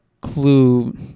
clue